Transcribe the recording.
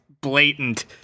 blatant